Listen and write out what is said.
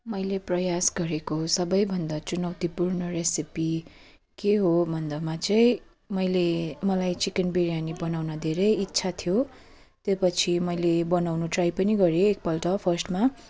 मैले प्रयास गरेको सबैभन्दा चुनौतीपूर्ण रेसिपी के हो भन्दामा चाहिँ मैले मलाई चिकन बिरयानी बनाउन धेरै इच्छा थियो त्योपछि मैले बनाउनु ट्राई पनि गरेँ एकपल्ट फर्स्टमा